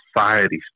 society